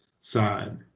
side